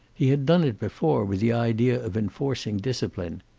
he had done it before, with the idea of enforcing discipline.